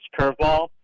curveball